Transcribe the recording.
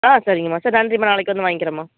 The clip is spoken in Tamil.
ஆ சரிங்கம்மா சரி நன்றிம்மா நாளைக்கு வந்து வாங்கிறேம்மா